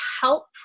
help